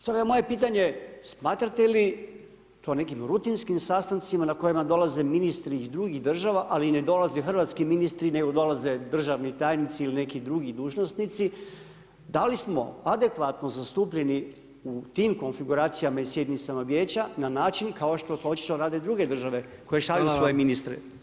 Stoga je moje pitanje smatrate li to nekim rutinskim sastancima na kojima dolaze ministri iz drugih država ali ne dolaze hrvatski ministri nego dolaze državni tajnici ili neki drugi dužnosnici, da li smo adekvatno zastupljeni u tim konfiguracijama i sjednicama Vijeća na način kao što to očito rade druge države koje šalju svoje ministre?